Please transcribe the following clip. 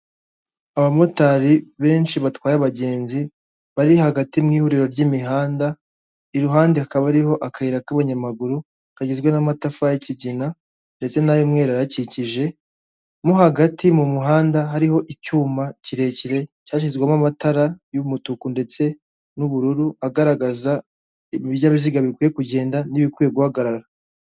Abamotari benshi batwaye abagenzi bari hagati mu ihuriro ry'imihanda, iruhande hakaba ariho akayira k'abanyamaguru, kagizwe n'amatafa y'ikigina ndetse n'ay'umweru ayakikije, mo hagati mu muhanda hariho icyuma kirekire cyashyizwemo amatara y'umutuku ndetse n'ubururu, agaragaza ibinyabiziga bikwiye kugenda n'ibikwiye guhagarara.